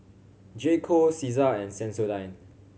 J Co Cesar and Sensodyne